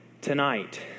tonight